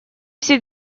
все